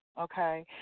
okay